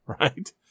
Right